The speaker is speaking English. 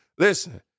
Listen